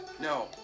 no